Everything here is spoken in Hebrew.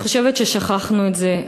ואני חושבת ששכחנו את זה.